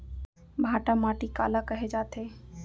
भांटा माटी काला कहे जाथे?